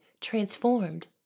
transformed